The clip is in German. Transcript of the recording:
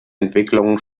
entwicklungen